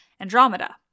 Andromeda